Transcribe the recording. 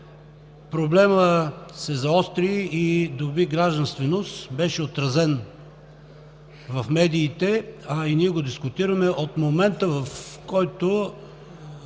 Проблемът се заостри и доби гражданственост, беше отразен в медиите, а и ние го дискутираме от момента, в който